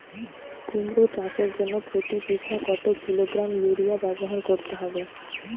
কুমড়ো চাষের জন্য প্রতি বিঘা কত কিলোগ্রাম ইউরিয়া ব্যবহার করতে হবে?